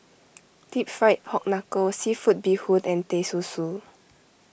Deep Fried Pork Knuckle Seafood Bee Hoon and Teh Susu